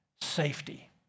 Safety